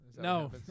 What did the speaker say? No